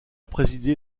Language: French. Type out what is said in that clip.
présidé